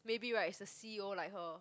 maybe right is the C_E_O like her